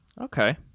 Okay